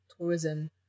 tourism